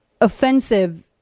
offensive